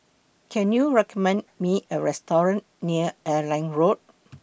Can YOU recommend Me A Restaurant near Airline Road